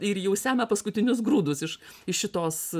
ir jau semia paskutinius grūdus iš iš šitos